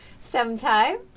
sometime